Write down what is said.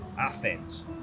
Athens